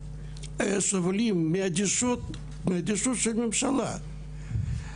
שככל שמיצוי הזכויות יהפוך להיות למיצוי זכויות